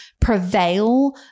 prevail